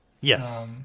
yes